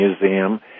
museum